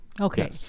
Okay